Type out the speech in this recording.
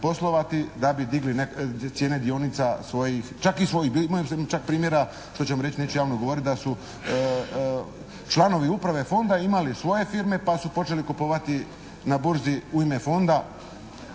da bi digli cijene dionica čak i svojih. Imao sam čak i primjera što ću vam reći, neću javno govoriti da su članovi uprave fonda imali svoje firme pa su počeli kupovati na burzi u ime fonda.